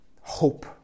Hope